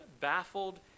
baffled